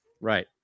Right